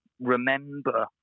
remember